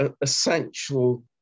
essential